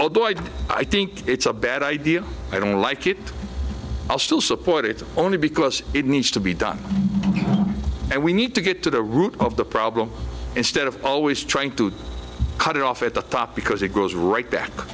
although i do i think it's a bad idea i don't like it i'll still support it only because it needs to be done and we need to get to the root of the problem instead of always trying to cut it off at the top because it goes right